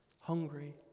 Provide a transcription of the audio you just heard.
hungry